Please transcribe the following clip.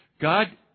God